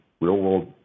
real-world